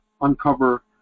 uncover